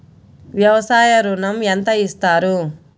వ్యవసాయ ఋణం ఎంత ఇస్తారు?